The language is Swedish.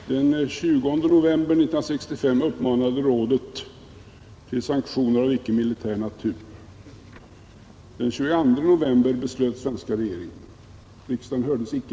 Herr talman! Herr Lange måste ha råkat ut för ett minnesfel. Den 20 november 1965 uppmanade rådet till sanktioner av icke-militär natur. Den 22 november beslöt den svenska regeringen. Riksdagen hördes icke.